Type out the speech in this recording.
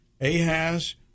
Ahaz